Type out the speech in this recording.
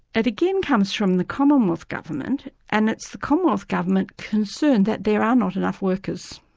it again comes from the commonwealth government, and it's the commonwealth government concern that there are not enough workers,